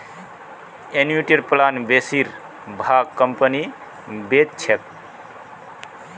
एनयूटीर प्लान बेसिर भाग कंपनी बेच छेक